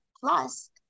Plus